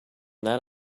that